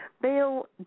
Bill